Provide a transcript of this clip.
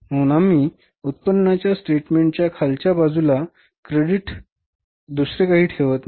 म्हणून आम्ही उत्पन्नाच्या स्टेटमेन्टच्या खालच्या भागाच्या क्रेडिट बाजूला दुसरे काही ठेवत नाही